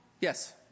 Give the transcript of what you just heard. Yes